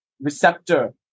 receptor